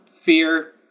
Fear